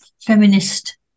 feminist